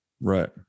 right